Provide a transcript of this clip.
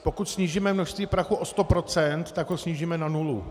Pokud snížíme množství prachu o 100 %, tak ho snížíme na nulu.